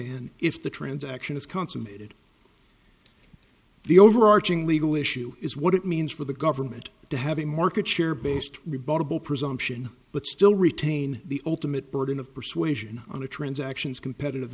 and if the transaction is consummated the overarching legal issue is what it means for the government to have a market share based rebuttable presumption but still retain the ultimate burden of persuasion on the transactions competitive